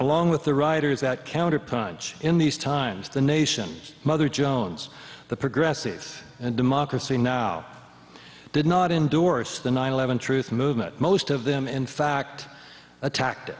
along with the riders that counterpunch in these times the nation mother jones the progressive and democracy now did not endorse the nine eleven truth movement most of them in fact attacked